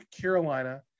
Carolina